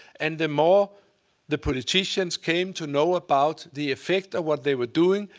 and the more the politicians came to know about the effect of what they were doing,